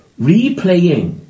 replaying